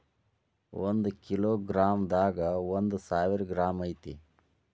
ಒಂದ kilogram ದಾಗ ಒಂದ ಸಾವಿರ ಗ್ರಾಂ ಐತಿ